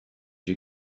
you